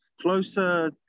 closer